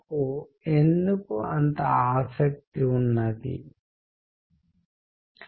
non word channels అంటే శబ్దం రంగు వెలుతురు చిత్రాలు మరియు వస్తువులు శరీరం పర్యావరణం డిజిటల్ సిగ్నల్స్ కూడా ఉంటాయి